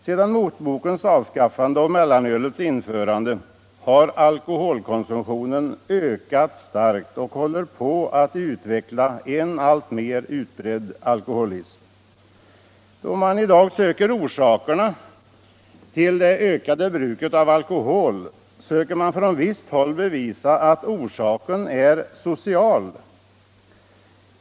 Sedan motbokens avskaffande och mellanölets införande har alkoholkonsumtionen ökat starkt och håller på att utveckla en alltmer utbredd alkoholism. Då vi i dag söker orsakerna till det ökade bruket av alkohol försöker man från visst håll bevisa att orsaken är social.